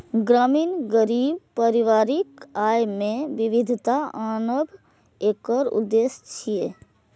ग्रामीण गरीब परिवारक आय मे विविधता आनब एकर उद्देश्य छियै